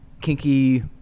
kinky